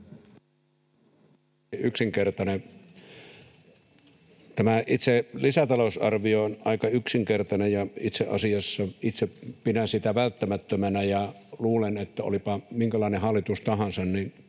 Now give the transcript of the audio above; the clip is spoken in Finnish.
käsitellään. Tämä itse lisätalousarvio on aika yksinkertainen, ja itse asiassa itse pidän sitä välttämättömänä ja luulen, että olipa minkälainen hallitus tahansa, tämä